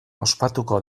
ospatuko